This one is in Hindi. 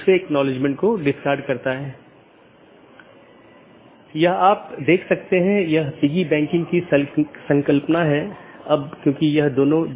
उदाहरण के लिए एक BGP डिवाइस को इस प्रकार कॉन्फ़िगर किया जा सकता है कि एक मल्टी होम एक पारगमन अधिकार के रूप में कार्य करने से इनकार कर सके